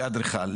כאדריכל,